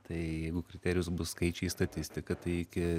tai jeigu kriterijus bus skaičiai statistika tai iki